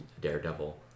daredevil